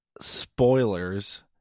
Spoilers